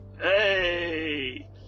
Hey